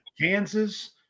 Kansas